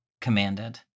commanded